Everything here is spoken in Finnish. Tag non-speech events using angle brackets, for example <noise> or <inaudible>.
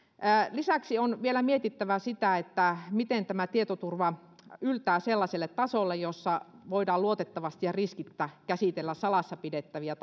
lisäksi on vielä mietittävä sitä miten tietoturva yltää sellaiselle tasolle jolla voidaan luotettavasti ja riskittä käsitellä salassa pidettäviä <unintelligible>